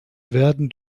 werden